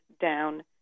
down